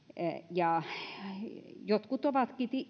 jotkut ovat